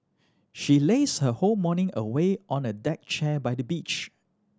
she lazed her whole morning away on a deck chair by the beach